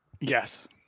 Yes